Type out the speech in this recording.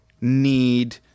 need